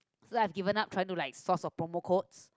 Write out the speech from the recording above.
so I given up trying to like source of promote codes